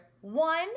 One